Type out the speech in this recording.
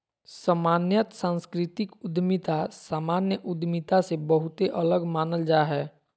सामान्यत सांस्कृतिक उद्यमिता सामान्य उद्यमिता से बहुते अलग मानल जा हय